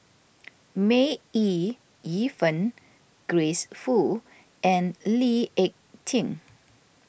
May Ooi Yu Fen Grace Fu and Lee Ek Tieng